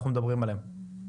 אנחנו מדברים עליהם?